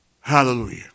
Hallelujah